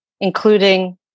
Including